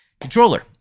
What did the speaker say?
controller